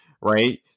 right